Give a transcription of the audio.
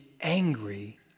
angry